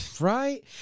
Right